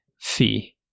fee